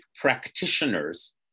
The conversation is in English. practitioners